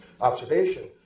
observation